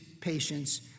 patience